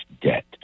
debt